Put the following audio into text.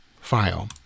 file